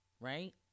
right